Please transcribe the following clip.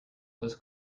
was